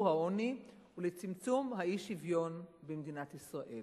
העוני ולצמצום האי-שוויון במדינת ישראל.